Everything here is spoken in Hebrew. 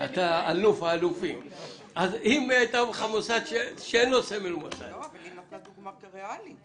היא נתנה דוגמה ריאלית,